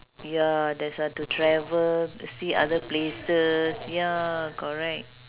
ya that's why to travel see other places ya correct